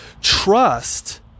trust